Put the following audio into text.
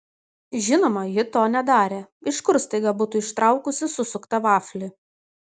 žinoma ji to nedarė iš kur staiga būtų ištraukusi susuktą vaflį